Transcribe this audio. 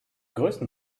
größten